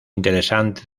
interesante